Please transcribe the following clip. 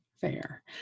fair